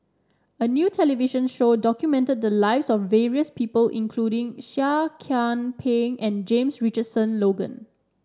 a new television show documented the lives of various people including Seah Kian Peng and James Richardson Logan